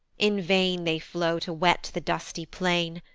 in vain they flow to wet the dusty plain,